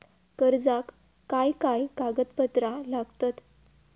कर्जाक काय काय कागदपत्रा लागतत?